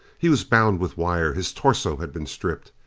he was bound with wire. his torso had been stripped.